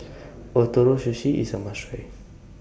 Ootoro Sushi IS A must Try